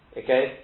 okay